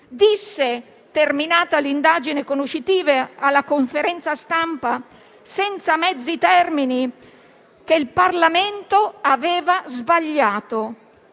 disse, terminata all'indagine conoscitiva, alla conferenza stampa, senza mezzi termini, che il Parlamento aveva sbagliato.